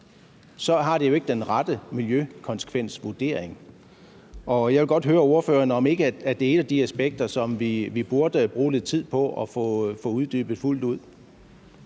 er der jo ikke den rette miljøkonsekvensvurdering. Jeg vil godt høre ordføreren, om ikke det er et af de aspekter, som vi burde bruge lidt tid på at få uddybet fuldt ud.